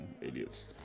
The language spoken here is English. Idiots